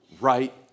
Right